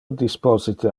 disposite